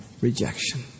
rejection